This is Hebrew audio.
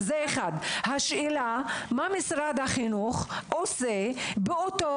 השאלה היא מה משרד החינוך עושה באותו